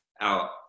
out